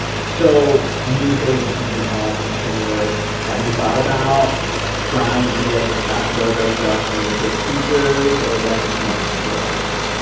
so in these days that you've been home from work, have you thought about trying any of the classdojo stuff from your kids' teachers, or is that just too much to think about right now?